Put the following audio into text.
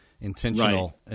Intentional